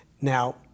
Now